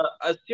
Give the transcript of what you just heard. assume